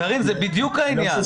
קארין, זה בדיוק העניין.